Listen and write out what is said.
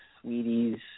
sweeties